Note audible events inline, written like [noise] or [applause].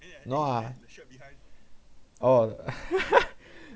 no ah oh [laughs]